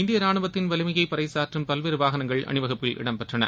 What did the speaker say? இந்திய ரானுவத்தின் வலிமையை பறைசாற்றும் பல்வேறு வாகனங்கள் அணிவகுப்பில் இடம்பெற்றன